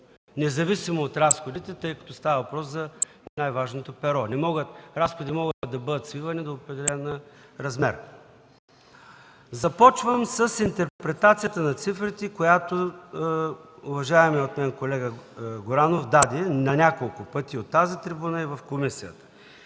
независимо от разходите, тъй като става въпрос за най-важното перо. Разходите могат да бъдат свивани до определен размер. Започвам с интерпретацията на цифрите, която уважаемият колега Горанов даде на няколко пъти от тази трибуна и в комисията.